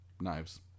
Knives